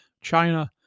China